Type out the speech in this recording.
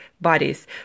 bodies